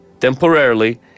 temporarily